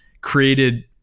created